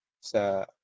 sa